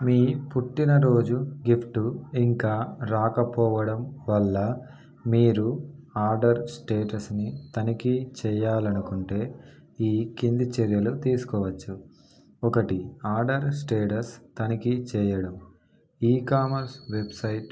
మీ పుట్టినరోజు గిఫ్టు ఇంకా రాకపోవడం వల్ల మీరు ఆర్డర్ స్టేటస్ని తనిఖీ చేయాలనుకుంటే ఈ కింది చర్యలు తీసుకోవచ్చు ఒకటి ఆర్డర్ స్టేటస్ తనిఖీ చేయడం ఈకామర్స్ వెబ్సైట్